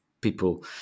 people